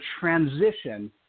transition